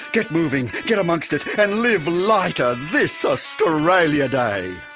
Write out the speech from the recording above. get moving, get amongst it, and live lighter this australia day!